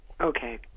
Okay